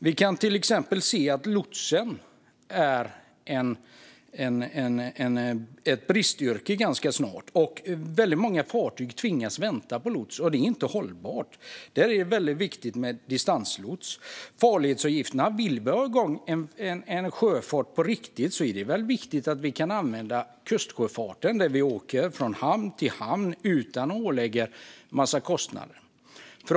Vi kan till exempel se att lots blir ett bristyrke ganska snart. Väldigt många fartyg tvingas vänta på lots, och det är inte hållbart. Där är det väldigt viktigt med distanslots. När det gäller farledsavgifterna är det, om vi vill ha igång en sjöfart på riktigt, viktigt att vi kan använda kustsjöfarten, där man åker från hamn till hamn utan att ålägga en massa kostnader.